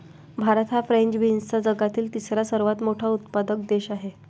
भारत हा फ्रेंच बीन्सचा जगातील तिसरा सर्वात मोठा उत्पादक देश आहे